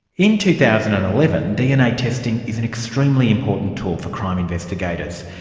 in two thousand and eleven, dna testing is an extremely important tool for crime investigators.